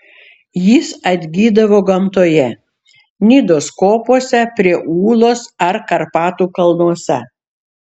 jis atgydavo gamtoje nidos kopose prie ūlos ar karpatų kalnuose